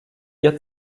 ihr